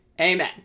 Amen